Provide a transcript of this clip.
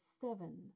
seven